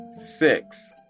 six